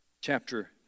chapter